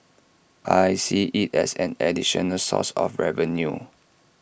I see IT as an additional source of revenue